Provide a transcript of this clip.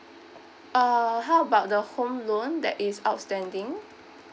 uh how about the home loan that is outstanding